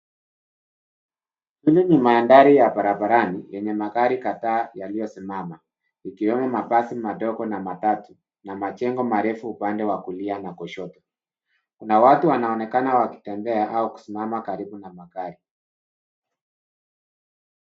Hili ni mandhari ya barabarani yenye magari kadhaa yaliyo simama ikiwemo mabasi madogo na matatu na majengo marefu upande wa kulia na kushoto. Kuna watu wanaonekana kutembea au kusimama karibu na magari.